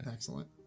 Excellent